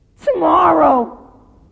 tomorrow